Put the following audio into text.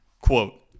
quote